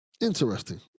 Interesting